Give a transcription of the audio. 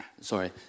sorry